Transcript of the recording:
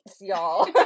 y'all